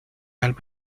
alma